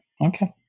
Okay